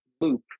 loop